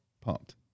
pumped